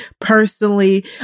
personally